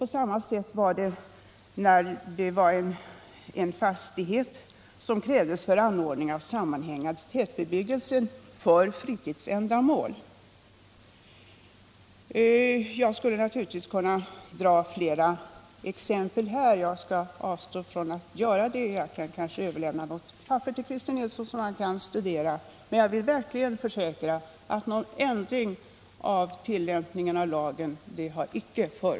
På samma sätt behandlades ett ärende som gällde fastighet som behövdes för anordning av sammanhängande tätbebyggelse för fritidsändamål. Jag skulle kunna anföra ytterligare exempel men skall avstå från att göra det. Jag kan i stället överlämna ett papper till Christer Nilsson som han kan studera. Jag vill verkligen försäkra att någon ändring av tillämpningen av lagen inte har skett.